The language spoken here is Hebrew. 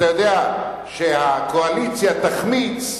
אתה יודע שהקואליציה תחמיץ,